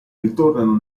ritornano